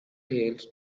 tales